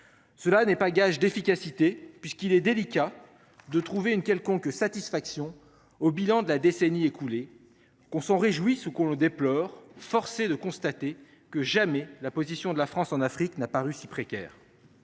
Cela n'est pas gage d'efficacité, puisqu'il est délicat de trouver une quelconque satisfaction au bilan de la décennie écoulée. Qu'on s'en réjouisse ou qu'on le déplore forcé de constater que jamais la position de la France en Afrique n'a pas réussi précaire.